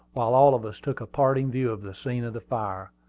while all of us took a parting view of the scene of the fire.